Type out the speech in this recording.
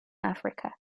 africa